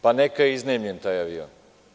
Pa neka je iznajmljen taj avion.